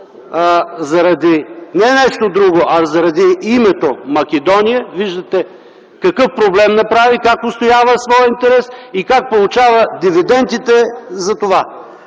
заради нещо друго, а заради името Македония, виждате какъв проблем направи, как отстоява своя интерес и как получава дивидентите за това.